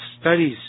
Studies